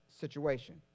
situation